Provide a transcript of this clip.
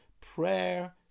prayer